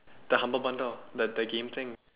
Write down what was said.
the humble bundle the the game thing